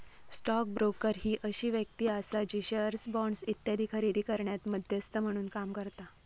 stock broker ही अशी व्यक्ती आसा जी शेअर्स, बॉण्ड्स इत्यादी खरेदी करण्यात मध्यस्थ म्हणून काम करता